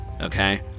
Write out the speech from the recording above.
Okay